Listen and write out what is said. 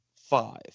five